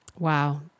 Wow